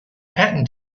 patent